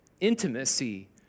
intimacy